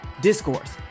Discourse